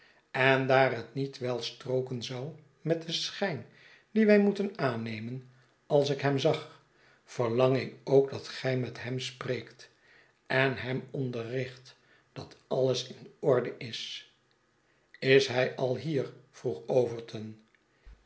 en daar het niet wel strooken zou met den schijn dien wij moeten aannemen als ik hem zag verlang ik ook dat gij met hem spreekt en hem onderricht dat alles in orde is is hij al hier vroeg